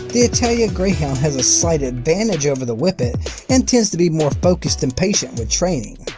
the italian greyhound has a slight advantage over the whippet and tends to be more focused and patient with training.